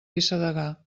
vicedegà